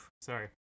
sorry